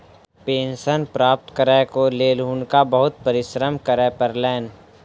pension प्राप्त करैक लेल हुनका बहुत परिश्रम करय पड़लैन